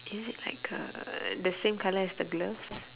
is it like uh the same colour as the gloves